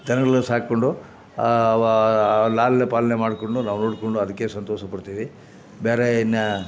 ದನಗಳನ್ನು ಸಾಕೊಂಡು ಅವು ಲಾಲನೆ ಪಾಲನೆ ಮಾಡಿಕೊಂಡು ನಾವು ನೋಡಿಕೊಂಡು ಅದಕ್ಕೆ ಸಂತೋಷ ಪಡ್ತೀವಿ ಬೇರೆ ಇನ್ನೂ